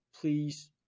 please